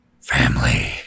family